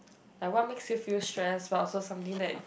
like what makes you feel stress but also something that